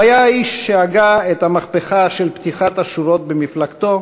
הוא היה האיש שהגה את המהפכה של פתיחת השורות במפלגתו,